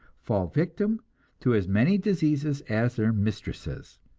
fall victim to as many diseases as their mistresses,